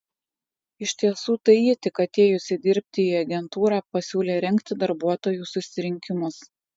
iš tiesų tai ji tik atėjusi dirbti į agentūrą pasiūlė rengti darbuotojų susirinkimus